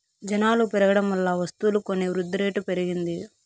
జనాలు పెరగడం వల్ల వస్తువులు కొని వృద్ధిరేటు పెరిగింది